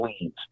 leaves